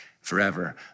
forever